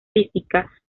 físicas